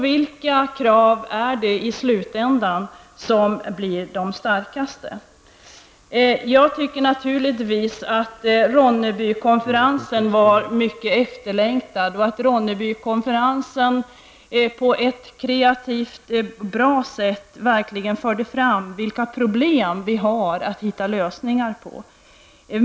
Vilka krav är det då i slutändan som segrar? Ronnebykonferensen var mycket efterlängtad. Den visade på ett kreativt och bra sätt vilka problem vi har att hitta lösningar på.